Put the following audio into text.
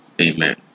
Amen